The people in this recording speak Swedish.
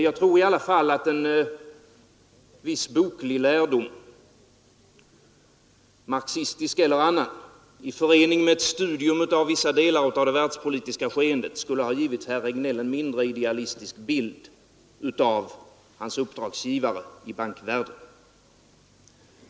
Jag tror i alla fall att en viss boklig lärdom — marxistisk eller annan — i förening med ett studium av vissa delar av det världspolitiska skeendet skulle ha givit herr Regnéll en mindre idealistisk bild av hans uppdragsgivare i bankvärlden.